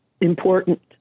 important